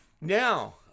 Now